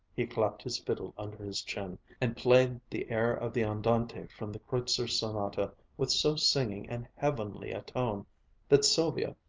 he clapped his fiddle under his chin and played the air of the andante from the kreutzer sonata with so singing and heavenly a tone that sylvia,